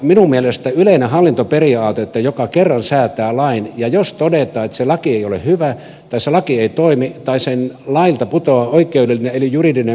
minun mielestäni on yleinen käytäntö että jos kerran säädetään laki ja jos todetaan että se laki ei ole hyvä tai se laki ei toimi tai siltä lailta putoaa oikeudellinen eli juridinen